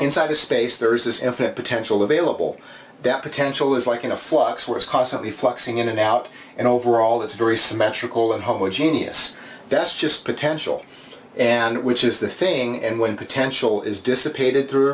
inside a space there is this infinite potential available that potential is like in a flux was constantly fluxing in and out and overall it's very symmetrical and homogeneous that's just potential and which is the thing and when potential is dissipated through